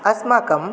अस्माकं